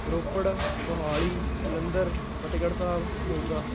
Ropar Mohali Jalandhar Fatehgarh Sahib Moga